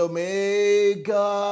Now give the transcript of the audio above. Omega